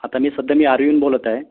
आता मी सध्या मी आर्विहून बोलत आहे